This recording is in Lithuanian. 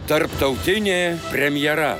tarptautinė premjera